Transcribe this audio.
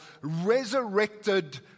resurrected